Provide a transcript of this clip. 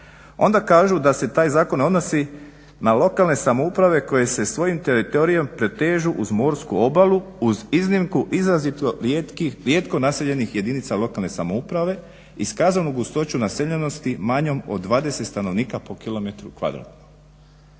Onda kažu da se taj zakon odnosi na lokalne samouprave koje se svojim teritorijem protežu uz morsku obalu, uz iznimku izrazito rijetko naseljenih jedinica lokalne samouprave, iskazanu gustoću naseljenosti manjom od 20 stanovnika po km². I sad